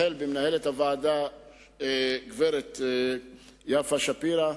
החל במנהלת הוועדה גברת יפה שפירא,